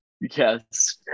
Yes